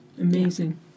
Amazing